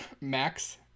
Max